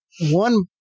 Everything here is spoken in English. one